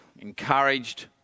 encouraged